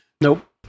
Nope